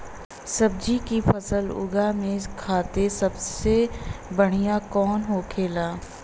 सब्जी की फसल उगा में खाते सबसे बढ़ियां कौन होखेला?